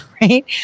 Right